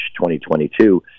2022